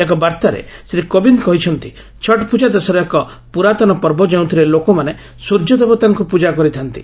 ଏକ ବାର୍ଭାରେ ଶ୍ରୀ କୋବିନ୍ଦ କହିଛନ୍ତି ଛଟ୍ ପ୍ରଜା ଦେଶର ଏକ ପୂରାତନ ପର୍ବ ଯେଉଁଥିରେ ଲୋକମାନେ ସୂର୍ଯ୍ୟ ଦେବତାଙ୍କୁ ପୂଜା କରିଥାନ୍ତି